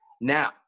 Now